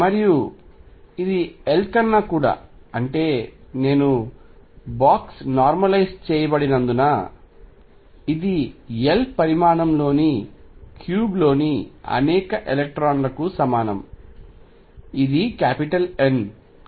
మరియు ఇది L కన్నా కూడా అంటే నేను బాక్స్ నార్మలైజ్ చేయబడినందున ఇది L పరిమాణం లోని క్యూబ్లోని అనేక ఎలక్ట్రాన్లకు సమానం ఇది N